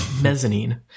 mezzanine